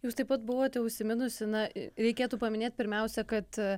jūs taip pat buvote užsiminusi na reikėtų paminėt pirmiausia kad